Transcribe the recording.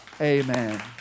Amen